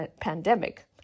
pandemic